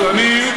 אז אני,